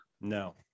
no